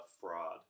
fraud